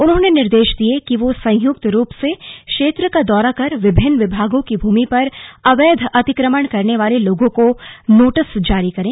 उन्होंने निर्देश दिये कि वो संयुक्त रूप से क्षेत्र का दौरा कर विभिन्न विभागों की भूमि पर अवैध अतिक्रमण करने वाले लोगों को नोटिस जारी करे